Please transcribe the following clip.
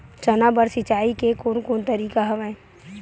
चना बर सिंचाई के कोन कोन तरीका हवय?